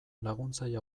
laguntzaile